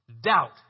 doubt